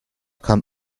kann